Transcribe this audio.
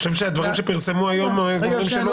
אני חושב שהדברים שפורסמו היום אומרים שלא.